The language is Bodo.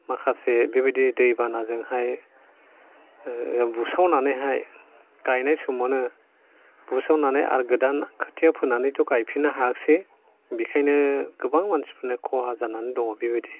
माखासे बेबादि दै बानाजोंहाय बुसावनानैहाय गायनाय समावनो बुसावनानै आरो गोदान खोथिया फोनानैथ' गायफिननो हायाखिसै बेखायनो गोबां मानसिफोरनिया खहा जानानै दं बेबादि